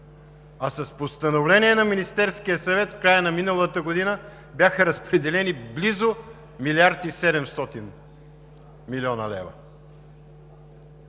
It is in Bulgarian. а с постановление на Министерския съвет в края на миналата година бяха разпределени близо милиард и